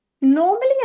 normally